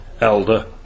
Elder